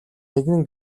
нэгэн